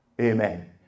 Amen